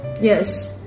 Yes